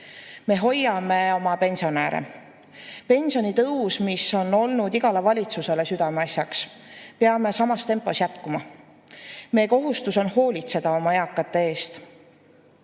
Me hoiame oma pensionäre. Pensionitõus on olnud igale valitsusele südameasjaks. Peame samas tempos jätkama. Meie kohustus on hoolitseda oma eakate eest.